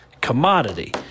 commodity